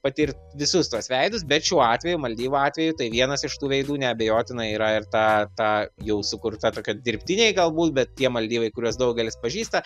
patirt visus tuos veidus bet šiuo atveju maldyvų atveju tai vienas iš tų veidų neabejotinai yra ir ta ta jau sukurta tokia dirbtiniai galbūt bet tie maldyvai kuriuos daugelis pažįsta